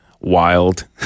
wild